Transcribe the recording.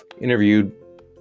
interviewed